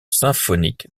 symphonique